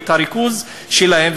ואת הריכוז שלהם,